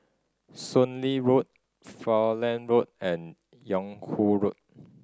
Soon Lee Road Falkland Road and Yung Ho Road